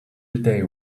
day